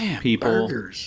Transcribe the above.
people